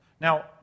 Now